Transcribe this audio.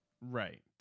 Right